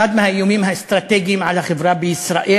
אחד מהאיומים האסטרטגיים על החברה בישראל,